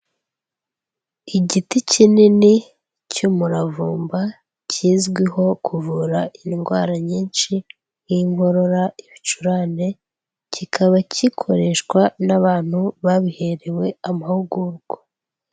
Igiti kinini cy'umuravumba kizwiho kuvura indwara nyinshi nk'inkorora, ibicurane kikaba gikoreshwa n'abantu babiherewe amahugurwa.